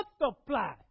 multiply